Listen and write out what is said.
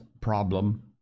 problem